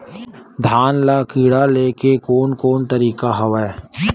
धान ल कीड़ा ले के कोन कोन तरीका हवय?